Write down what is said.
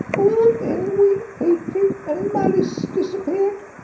all envy, hatred and malice disappeared.